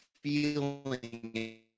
feeling